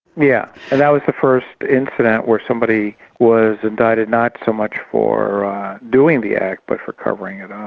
yeah and that was the first incident where somebody was indicted not so much for doing the act but for covering it up.